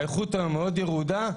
האיכות היום מאוד ירודה.